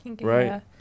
right